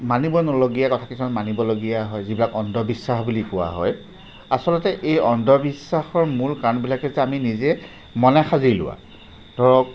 মানিব নলগীয়া কথা কিছুমান মানিবলগীয়া হয় যিবিলাক অন্ধবিশ্বাস বুলি কোৱা হয় আচলতে এই অন্ধবিশ্বাসৰ মূল কাৰণবিলাক হৈছে আমি নিজে মনে সাজি লোৱা ধৰক